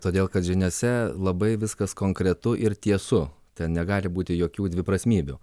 todėl kad žiniose labai viskas konkretu ir tiesu ten negali būti jokių dviprasmybių